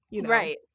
Right